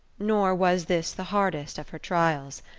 nor was this the hardest of her trials.